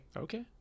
Okay